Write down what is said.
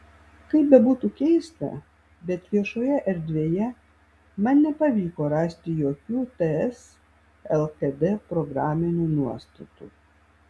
kaip bebūtų keista bet viešoje erdvėje man nepavyko rasti jokių ts lkd programinių nuostatų